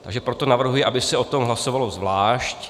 Takže proto navrhuji, aby se o tom hlasovalo zvlášť.